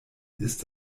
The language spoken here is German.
ist